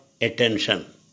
attention